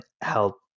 help